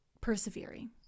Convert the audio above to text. persevering